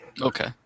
Okay